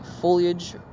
foliage